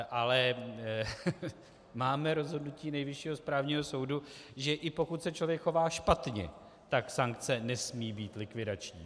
Ale máme rozhodnutí Nejvyššího správního soudu, že i pokud se člověk chová špatně, tak sankce nesmí být likvidační.